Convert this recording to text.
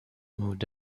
moved